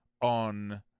on